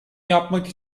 yapmak